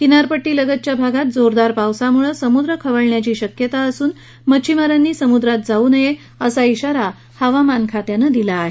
किनारपट्टीलगतच्या भागात जोरदार पावसामुळे समुद्र खवळण्याची शक्यता असून मच्छिमारांनी समुद्रात जाऊ नये असा इशारा हवामान खात्यानं दिला आहे